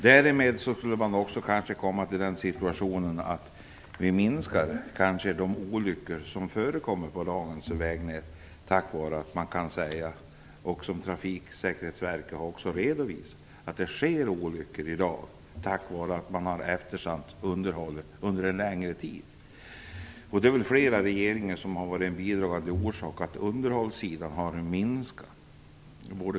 Därmed skulle kanske de olyckor som förekommer på dagens vägnät kunna minska i antal. Trafiksäkerhetsverket har ju redovisat att det i dag sker olyckor på grund av att underhållet har eftersatts under en längre tid. Det är väl flera regeringar som har bidragit till att anslagen till underhåll har minskat.